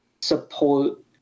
support